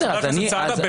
חבר הכנסת סעדה,